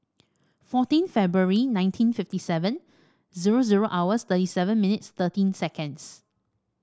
fourteen Febuary nineteen fifty seven zero zero hours thirty seven minutes thirteen seconds